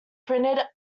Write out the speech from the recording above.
printed